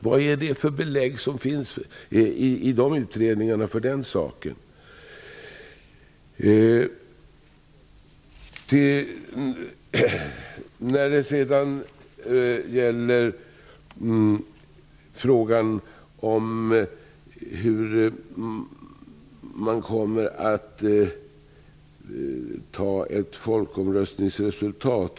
Vilka belägg finns för den saken i de utredningarna? Hur kommer man att ta emot ett folkomröstningsresultat?